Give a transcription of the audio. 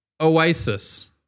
Oasis